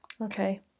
Okay